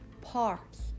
parts